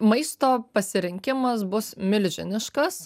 maisto pasirinkimas bus milžiniškas